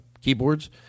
keyboards